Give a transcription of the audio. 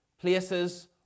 Places